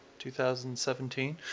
2017